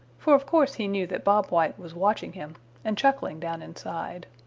for of course he knew that bob white was watching him and chuckling down inside.